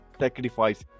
sacrifice